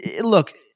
Look